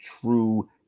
true